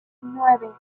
nueve